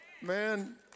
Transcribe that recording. Man